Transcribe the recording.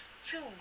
two